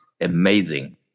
Amazing